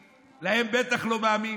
שלהם אני בטח לא מאמין.